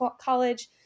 college